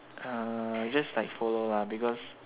err just like follow lah because